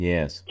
Yes